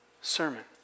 sermon